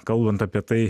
kalbant apie tai